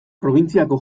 probintziako